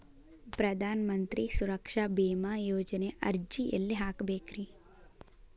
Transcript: ಪ್ರಧಾನ ಮಂತ್ರಿ ಸುರಕ್ಷಾ ಭೇಮಾ ಯೋಜನೆ ಅರ್ಜಿ ಎಲ್ಲಿ ಹಾಕಬೇಕ್ರಿ?